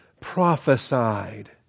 prophesied